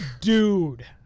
Dude